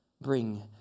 bring